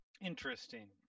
Interesting